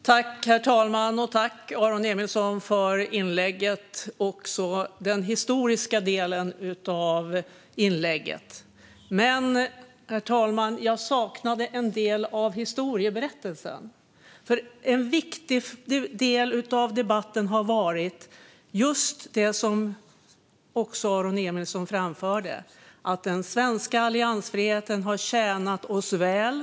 Herr talman! Tack, Aron Emilsson, för inlägget - också den historiska delen. Jag saknade dock en del av historiebeskrivningen, herr talman. En viktig del av debatten har varit just det som Aron Emilsson framförde: Den svenska alliansfriheten har tjänat oss väl.